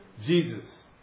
Jesus